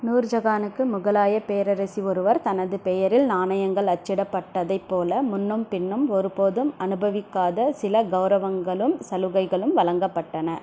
நூர்ஜகானுக்கு முகலாயப் பேரரசி ஒருவர் தனது பெயரில் நாணயங்கள் அச்சிடப்பட்டதைப் போல முன்னும் பின்னும் ஒரு போதும் அனுபவிக்காத சில கெளரவங்களும் சலுகைகளும் வழங்கப்பட்டன